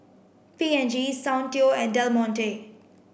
P and G Soundteoh and Del Monte